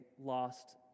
lost